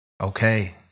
Okay